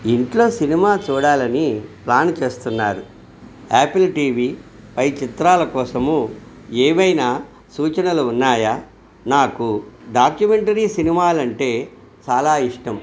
ఇంట్లో సినిమా చూడాలని ప్లాను చేస్తున్నారు ఆపిల్ టీ వీపై చిత్రాల కోసము ఏవైనా సూచనలు ఉన్నాయా నాకు డాక్యుమెంటరీ సినిమాలు అంటే చాలా ఇష్టం